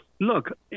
look